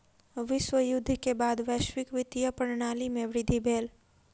विश्व युद्ध के बाद वैश्विक वित्तीय प्रणाली में वृद्धि भेल